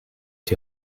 die